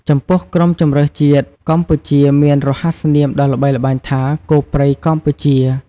ចំពោះក្រុមជម្រើសជាតិកម្ពុជាមានរហស្សនាមដ៏ល្បីល្បាញថា "គោព្រៃកម្ពុជា"។